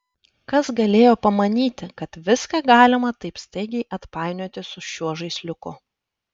kas galėjo pamanyti kad viską galima taip staigiai atpainioti su šiuo žaisliuku